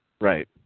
Right